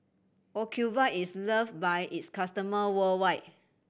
Ocuvite is loved by its customer worldwide